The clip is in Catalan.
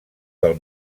del